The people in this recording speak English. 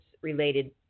related